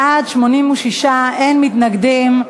בעד, 86, אין מתנגדים.